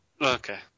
Okay